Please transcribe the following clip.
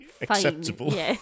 acceptable